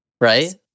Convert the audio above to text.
Right